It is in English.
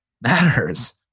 matters